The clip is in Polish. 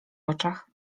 oczach